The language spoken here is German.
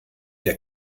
der